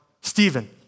Stephen